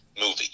movie